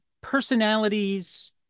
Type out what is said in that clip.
personalities